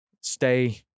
stay